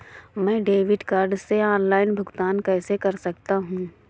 मैं debit card से online भुगतान कैसे कर सकता हूँ?